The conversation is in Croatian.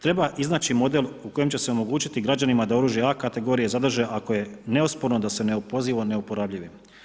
Treba iznaći model u kojem će se omogućiti građanima da oružje A kategorije zadrže ako je neosporno da su neopozivo neuporabljivi.